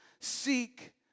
seek